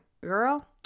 girl